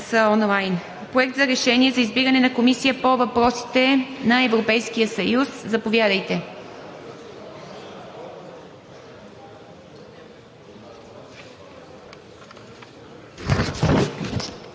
Прибавете и гласа онлайн. Проект на решение за избиране на Комисия по въпросите на Европейския съюз. Заповядайте.